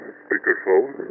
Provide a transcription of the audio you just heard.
speakerphone